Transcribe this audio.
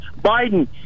Biden